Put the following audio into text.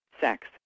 sex